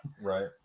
Right